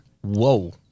Whoa